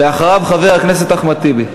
אחריו, חבר הכנסת אחמד טיבי.